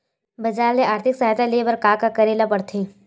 बजार ले आर्थिक सहायता ले बर का का करे ल पड़थे?